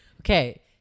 Okay